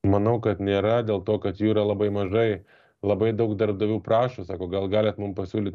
manau kad nėra dėl to kad jų yra labai mažai labai daug darbdavių prašo sako gal galit mums pasiūlyt